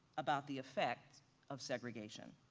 about the effects of segregation.